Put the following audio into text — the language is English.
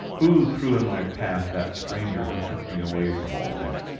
who threw in my path that stranger who took me away from all this?